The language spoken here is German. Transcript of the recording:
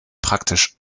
praktisch